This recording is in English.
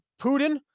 Putin